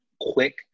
quick